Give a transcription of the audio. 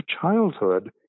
childhood